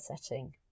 setting